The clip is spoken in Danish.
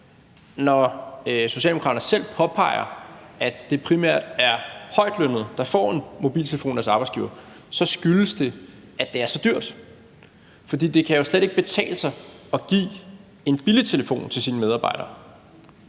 når Socialdemokraterne selv påpeger, at det primært er højtlønnede, der får en mobiltelefon af deres arbejdsgiver, at det skyldes, at det er så dyrt, for det kan jo slet ikke betale sig at give en billig telefon til sin medarbejder;